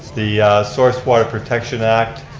the source water protection act,